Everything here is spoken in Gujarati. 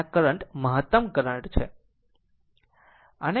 જેમાં r મહતમ કરંટ છે